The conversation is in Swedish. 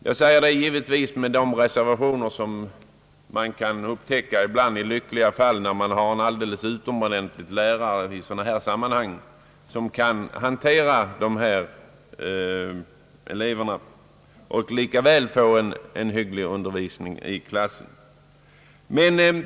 Jag säger givetvis detta med reservation för att det i lyckliga fall kan finnas alldeles utomordentliga lärare, som kan hantera besvärliga elever och likväl få till stånd en hygglig undervisning.